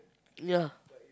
ya